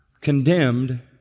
condemned